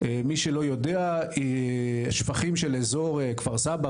מי השפכים של אזור כפר סבא,